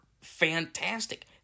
fantastic